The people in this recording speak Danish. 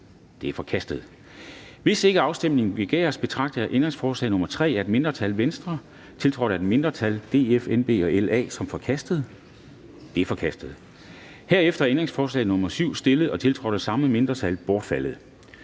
Det er forkastet. Hvis ikke afstemning begæres, betragter jeg ændringsforslag nr. 3 af et mindretal (V), tiltrådt af et mindretal (DF, NB og LA), som forkastet. Det er forkastet. Herefter er ændringsforslag nr. 7, stillet og tiltrådt af de samme mindretal, bortfaldet.